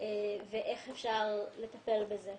ואיך אפשר לטפל בזה.